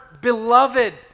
beloved